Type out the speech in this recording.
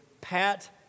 pat